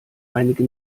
einige